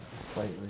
slightly